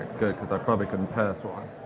good, because i probably couldn't pass one.